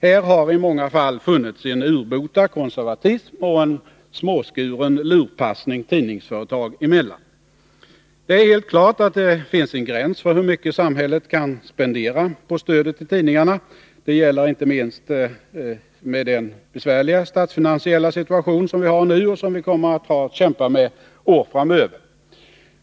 Här har i många fall funnits en urbota konservatism och en småskuren lurpassning tidningsföretag emellan. Det är helt klart att det finns en gräns för hur mycket samhället kan spendera på stödet till tidningarna. Det gäller inte minst i den besvärliga statsfinansiella situation som vi nu har och som vi kommer att ha att kämpa med år framöver.